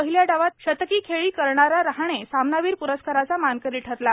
पहिल्या डावात शतकी खेळी खेळणारा रहाणे सामनावीर प्रस्काराचा मानकरी ठरला